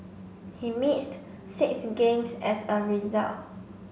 he missed six games as a result